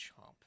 chomp